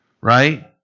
right